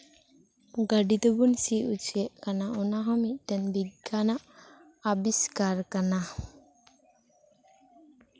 ᱜᱟᱹᱰᱤ ᱛᱮᱵᱚᱱ ᱥᱤ ᱚᱪᱩᱭᱮᱫ ᱠᱟᱱᱟ ᱚᱱᱟ ᱦᱚᱸ ᱢᱤᱫᱴᱮᱱ ᱵᱤᱜᱽᱜᱟᱱᱟᱜ ᱟᱵᱤᱥᱠᱟᱨ ᱠᱟᱱᱟ